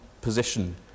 position